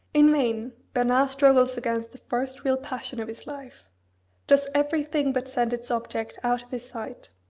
in vain bernard struggles against the first real passion of his life does everything but send its object out of his sight.